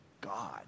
God